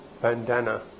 bandana